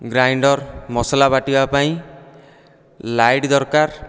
grinder ମସଲା ବାଟିବା ପାଇଁ ଲାଇଟ ଦରକାର